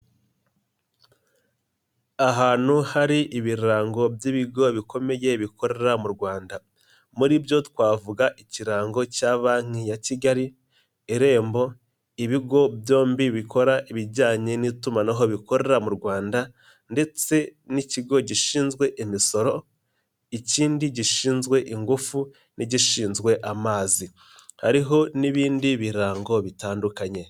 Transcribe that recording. Ahantu hari ibirango by'ibigo bikomeye bikorera mu Rwanda, muri byo twavuga ikirango cya Banki ya Kigali, irembo, ibigo byombi bikora ibijyanye n'itumanaho bikorera mu Rwanda ndetse n'ikigo gishinzwe imisoro, ikindi gishinzwe ingufu n'igishinzwe amazi, hariho n'ibindi birango bitandukanye.